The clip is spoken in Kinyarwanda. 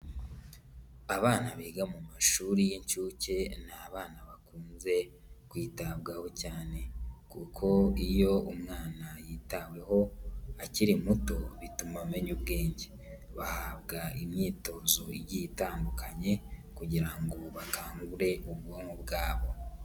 Abana biga mu mashuri y'inshuke ni abana bakunze kwitabwaho cyane, kuko iyo umwana yitaweho akiri muto bituma amenya ubwenge. Bahabwa imyitozo igiye itandukanye kugira ngo bakangure ubwonko bwabo.